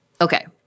Okay